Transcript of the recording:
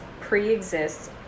pre-exists